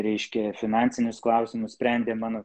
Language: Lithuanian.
reiškia finansinius klausimus sprendė mano